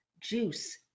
juice